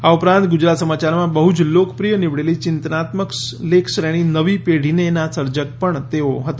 આ ઉપરાંત ગુજરાત સમાચારમાં બહ્ જ લોકપ્રિય નીવડેલી ચિંતનાત્મક લેખ શ્રેણી નવી પેઢીને ના સર્જક પણ તેઓ હતા